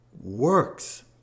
works